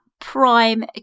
prime